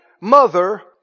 mother